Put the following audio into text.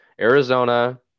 Arizona